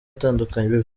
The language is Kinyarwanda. atandukanye